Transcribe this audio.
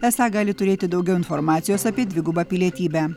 esą gali turėti daugiau informacijos apie dvigubą pilietybę